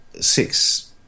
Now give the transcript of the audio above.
six